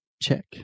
check